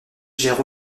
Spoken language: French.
gère